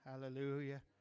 Hallelujah